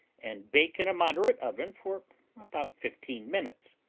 and bake in a moderate oven for about fifteen minutes.